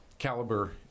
Caliber